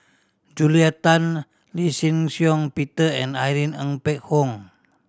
Julia Tan Lee Shih Shiong Peter and Irene Ng Phek Hoong